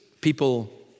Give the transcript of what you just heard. people